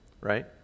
right